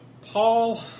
Paul